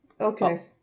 Okay